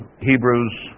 Hebrews